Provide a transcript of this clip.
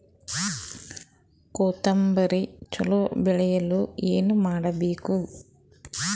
ಕೊತೊಂಬ್ರಿ ಚಲೋ ಬೆಳೆಯಲು ಏನ್ ಮಾಡ್ಬೇಕು?